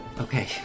Okay